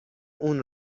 اون